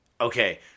Okay